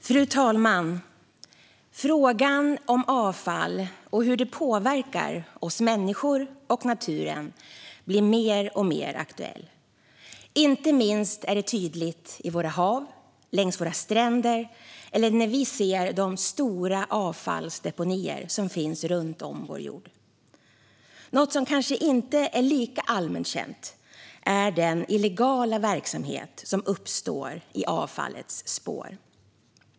Fru talman! Frågan om avfall och hur det påverkar oss människor och naturen blir mer och mer aktuell. Inte minst är det tydligt i våra hav och längs våra stränder eller när vi ser de stora avfallsdeponier som finns runt om på vår jord. Något som kanske inte är lika allmänt känt är den illegala verksamhet som uppstår i avfallets spår.